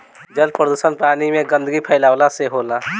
जल प्रदुषण पानी में गन्दगी फैलावला से होला